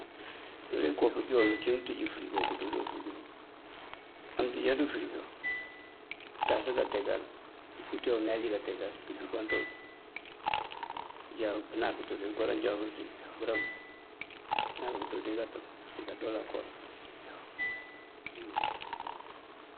Iyël ikoo pur íinjon, uncíi mëëntíj fëërigo këënţúu dí fëërigo. Amëëţíj fëërigo, këënţas káatekal, ufúuţ ajawuroŋ uneej káatekal, këënjúnkáanţël. Unjá pëënak këënţú tënko ndanjotun ţí. Bërëm ŋal këënţú ţí káto, diká dooláanko.